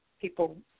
people